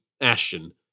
Ashton